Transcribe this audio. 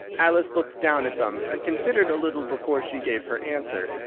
alice looked down at them, and considered a little before she gave her answer.